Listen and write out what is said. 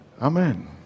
Amen